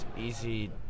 easy